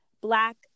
Black